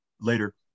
later